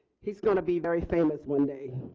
he's going to be very famous one day.